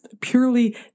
purely